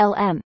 LM